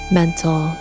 mental